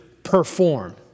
perform